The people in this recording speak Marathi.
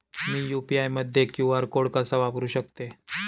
मी यू.पी.आय मध्ये क्यू.आर कोड कसा वापरु शकते?